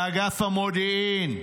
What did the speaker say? לאגף המודיעין,